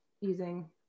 using